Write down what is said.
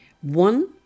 One